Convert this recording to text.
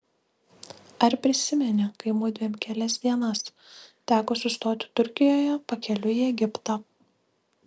ar prisimeni kai mudviem kelias dienas teko sustoti turkijoje pakeliui į egiptą